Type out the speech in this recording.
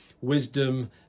wisdom